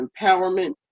empowerment